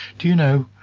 do you know,